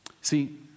See